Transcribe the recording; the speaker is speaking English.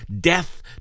death